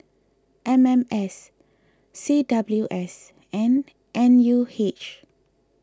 M M S C W S and N U H